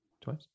Twice